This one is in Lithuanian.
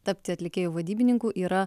tapti atlikėjų vadybininku yra